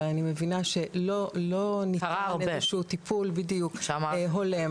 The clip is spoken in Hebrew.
אבל אני מבינה שלא היה שם טיפול הולם,